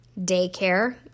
daycare